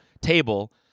table